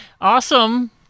awesome